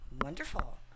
wonderful